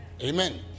amen